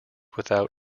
without